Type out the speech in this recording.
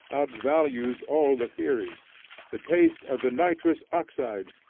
outvalues all the theories the taste of the nitrous oxide,